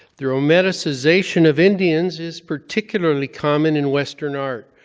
the romanticization of indians is particularly common in western art,